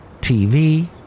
TV